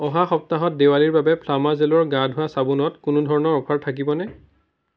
অহা সপ্তাহত দেৱালীৰ বাবে ফ্লামা জেলৰ গা ধোৱা চাবোনত কোনো ধৰণৰ অফাৰ থাকিব নে